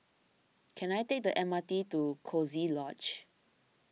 can I take the M R T to Coziee Lodge